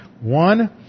one